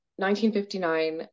1959